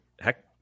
Heck